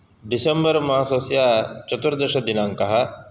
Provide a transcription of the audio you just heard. December मासस्य चतुर्दशदिनाङ्कः